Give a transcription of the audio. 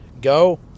go